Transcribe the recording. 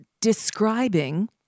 describing